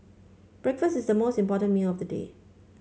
breakfast is the most important meal of the day